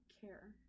care